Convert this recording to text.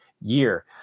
year